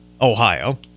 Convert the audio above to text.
ohio